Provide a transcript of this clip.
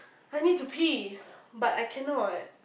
I need to pee but I cannot